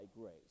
grace